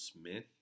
Smith